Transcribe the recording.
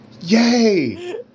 Yay